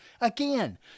again